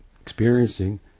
experiencing